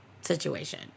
situation